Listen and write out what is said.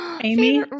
Amy